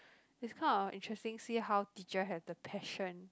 it's kind of interesting see how teacher have the passion